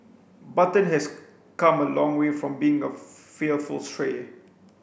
button has come a long way from being a fearful stray